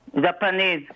Japanese